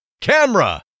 Camera